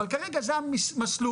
אבל כרגע זה המסלול.